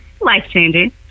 life-changing